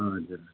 हजुर